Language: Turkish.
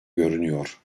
görünüyor